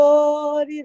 Lord